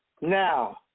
now